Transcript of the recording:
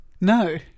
No